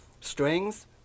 strings